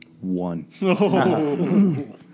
One